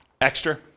Extra